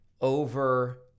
over